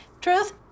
Truth